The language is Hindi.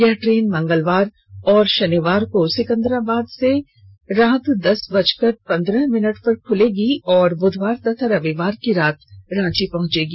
यह ट्रेन मंगलवार और शनिवार को सिकंदराबाद से रात दस बजकर पंद्रह मिनट पर खुलेगी और बुधवार तथा रविवार की रात रांची पहुंचेगी